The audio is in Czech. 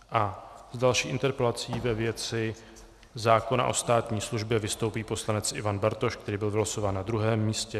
S další interpelací ve věci zákona o státní službě vystoupí poslanec Ivan Bartoš, který byl vylosován na druhém místě.